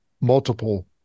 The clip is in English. multiple